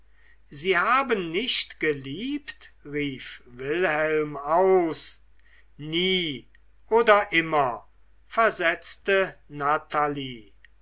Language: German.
sie haben nicht geliebt rief wilhelm aus nie oder immer versetzte natalie